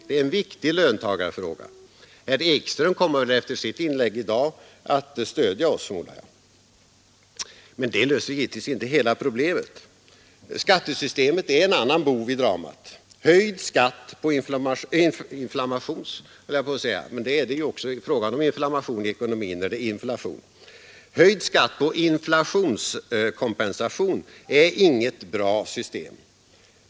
Det är en viktig löntagarfråga. Herr Ekström kommer väl efter sitt inlägg i dag att stödja oss, förmodar jag. Men det löser givetvis inte hela problemet. Skattesystemet är en annan bov i dramat. Höjd skatt på inflationskompensation — inflammationskompensation höll jag på att säga, men det är ju också fråga om inflammation i ekonomin när det är inflation — är inget bra system.